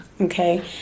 Okay